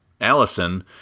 Allison